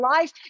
life